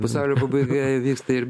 pasaulio pabaiga įvyksta ir